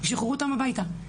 ושיחררו אותם הביתה.